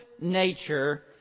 nature